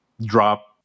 drop